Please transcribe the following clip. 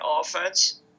offense